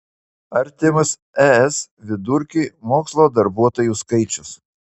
artimas es vidurkiui mokslo darbuotojų skaičius